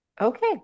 Okay